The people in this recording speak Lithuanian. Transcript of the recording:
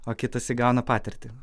o kitas įgauna patirtį